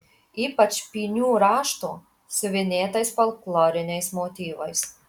ypač pynių rašto siuvinėtais folkloriniais motyvais